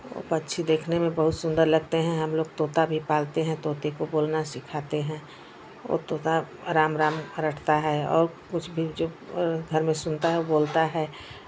पक्षी देखने में बहुत सुन्दर लगते हैं हमलोग तोता भी पालते हैं तोते को बोलना सिखाते हैं वो तोता राम राम रटता है और कुछ भी जो घर में सुनता वो बोलता है